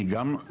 אני גם,